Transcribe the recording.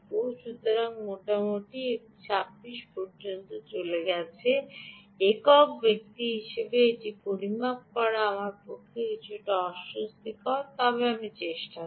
সুতরাং মোটামুটি এটি 26 পর্যন্ত গিয়েছিল সুতরাং একক ব্যক্তি হিসাবে এই পরিমাপটি করা আমার পক্ষে কিছুটা অস্বস্তিকর তবে আমি এখনও চেষ্টা করব